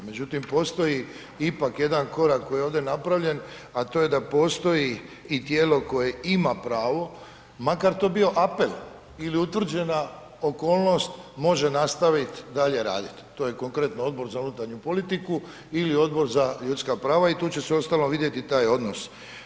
Međutim, postoji ipak jedan korak koji je ovdje napravljen, a to je da postoji i tijelo koje ima pravo makar to bio apel ili utvrđena okolnost može nastavit dalje radit, to je konkretno Odbor za unutarnju politiku ili Odbor za ljudska prava i tu će se uostalom vidjeti taj odnos.